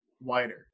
wider